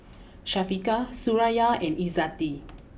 Syafiqah Suraya and Izzati